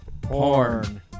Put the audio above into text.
porn